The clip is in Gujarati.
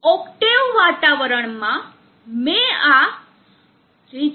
ઓક્ટેવ વાતાવરણમાં મેં આ reachability